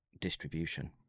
Distribution